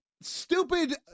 stupid